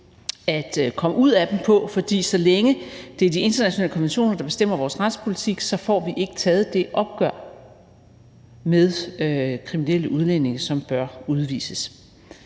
at komme ud af dem på, for så længe det er de internationale konventioner, der bestemmer vores retspolitik, så får vi ikke taget det opgør med kriminelle udlændinge, som bør udvises